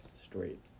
straight